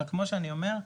רק כמו שאני אומר,